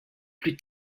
plus